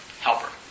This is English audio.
helper